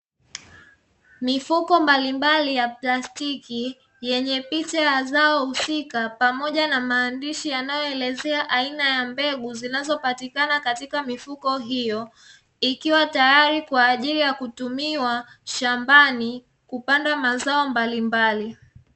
Mifuko mbalimbali ya plastiki yenye picha ya zao husika pamoja na maandishi yanayoelezea aina ya mbegu zinazopatikana katika mifuko hiyo, ikiwa tayari kwa ajili ya kutumiwa shambani kupanda mazao mbalimbali.